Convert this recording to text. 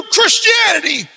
Christianity